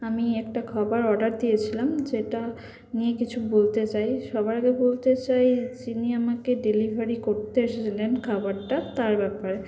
আমি একটা খাবার অর্ডার দিয়েছিলাম যেটা নিয়ে কিছু বলতে চাই সবার আগে বলতে চাই যিনি আমাকে ডেলিভারি করতে এসেছিলেন খাবারটা তার ব্যাপারে